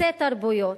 חוצה תרבויות,